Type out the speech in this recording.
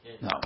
No